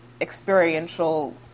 experiential